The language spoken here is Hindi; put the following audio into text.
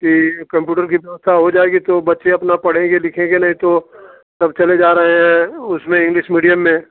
की कम्प्यूटर की व्यवस्था हो जाएगी तो बच्चे अपना पढ़ेंगे लिखेंगे नहीं तो सब चले जा रहे हैं उसमें इंग्लिश मीडियम में